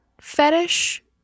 fetish